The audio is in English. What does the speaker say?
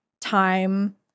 time